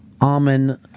almond